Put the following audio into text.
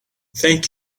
thank